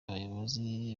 abayobozi